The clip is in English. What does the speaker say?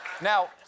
Now